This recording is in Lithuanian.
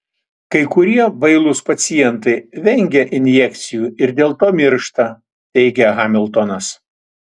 kai kurie bailūs pacientai vengia injekcijų ir dėl to miršta teigia hamiltonas